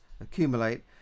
accumulate